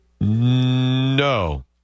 No